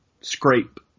scrape